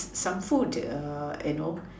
some food err you know